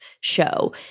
show